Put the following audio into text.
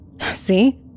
See